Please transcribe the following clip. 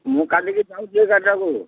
ମୁଁ କାଲିିକି ଯାଉଛି ଏଗାରଟାକୁ